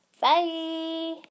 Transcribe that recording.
bye